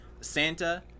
Santa